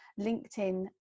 LinkedIn